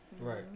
Right